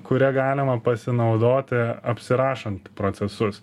kuria galima pasinaudoti apsirašant procesus